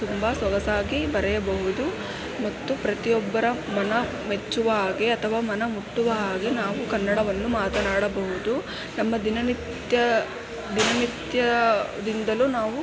ತುಂಬ ಸೊಗಸಾಗಿ ಬರೆಯಬಹುದು ಮತ್ತು ಪ್ರತಿಯೊಬ್ಬರ ಮನಮೆಚ್ಚುವ ಹಾಗೆ ಅಥವಾ ಮನಮುಟ್ಟುವ ಹಾಗೆ ನಾವು ಕನ್ನಡವನ್ನು ಮಾತನಾಡಬಹುದು ನಮ್ಮ ದಿನನಿತ್ಯ ದಿನನಿತ್ಯದಿಂದಲೂ ನಾವು